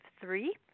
three